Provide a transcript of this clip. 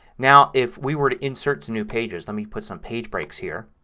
now if we were to insert to new pages, let me put some page breaks here,